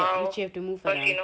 ya which you have to move around